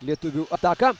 lietuvių ataką